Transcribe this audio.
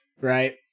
right